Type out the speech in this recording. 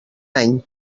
any